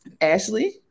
Ashley